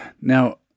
Now